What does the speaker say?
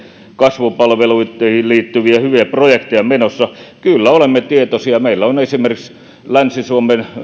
kasvupalveluihin liittyviä hyviä projekteja menossa kyllä olemme tietoisia meillä on esimerkiksi länsi suomen